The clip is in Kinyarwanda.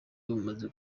bumaze